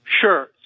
Sure